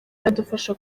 iradufasha